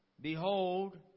Behold